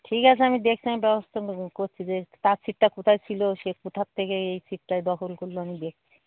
ঠিক আছে আমি দেখছি আমি ব্যবস্থা করছি যে তার সীটটা কোথায় ছিল সে কোথার থেকে এই সীটটায় দখল করল আমি দেখছি